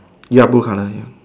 ya blue color ya